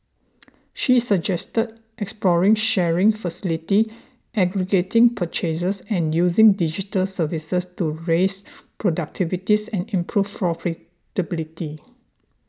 she suggested exploring sharing facilities aggregating purchases and using digital services to raise productivities and improve profitability